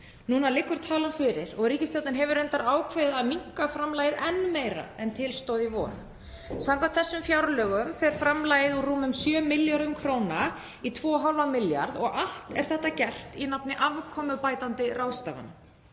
Nú liggur talan fyrir og ríkisstjórnin hefur reyndar ákveðið að minnka framlagið enn meira en til stóð í vor. Samkvæmt þessum fjárlögum fer framlagið úr rúmum 7 milljörðum kr. í 2,5 milljarða og allt er það gert í nafni afkomubætandi ráðstafana.